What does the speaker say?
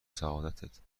سعادتت